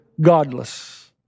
godless